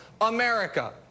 America